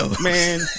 man